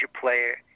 player